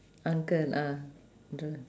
uncle ah dr~